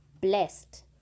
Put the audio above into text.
blessed